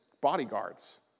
bodyguards